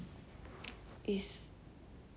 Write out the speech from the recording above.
it's